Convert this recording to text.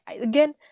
again